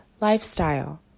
lifestyle